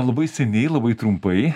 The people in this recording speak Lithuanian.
labai seniai labai trumpai